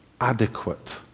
adequate